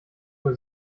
nur